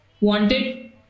Wanted